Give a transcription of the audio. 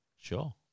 Sure